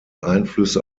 einflüsse